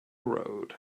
road